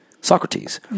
Socrates